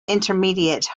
intermediate